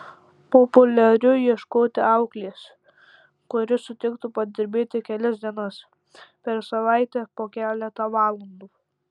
populiaru ieškoti auklės kuri sutiktų padirbėti kelias dienas per savaitę po keletą valandų